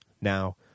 Now